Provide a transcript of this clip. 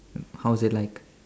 how's it like